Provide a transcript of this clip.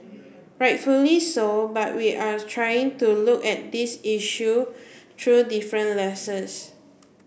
rightfully so but we are trying to look at these issue through different lenses